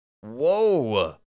Whoa